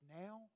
now